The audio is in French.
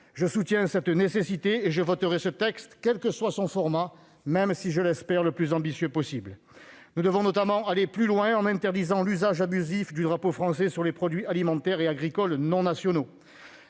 Je soutiens cette nécessité et je voterai ce texte, quel que soit son format, même si j'espère qu'il sera le plus ambitieux possible. Nous devons notamment aller plus loin en interdisant l'usage abusif du drapeau français sur des produits alimentaires et agricoles non nationaux.